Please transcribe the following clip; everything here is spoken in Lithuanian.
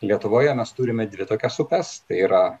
lietuvoje mes turime dvi tokias upes tai yra